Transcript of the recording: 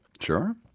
Sure